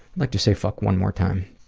like to say fuck one more time.